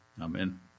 Amen